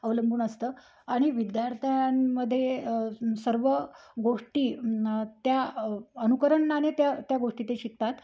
अवलंबून असतं आणि विद्यार्थ्यांमध्ये सर्व गोष्टी त्या अनुकरणाने त्या त्या गोष्टी ते शिकतात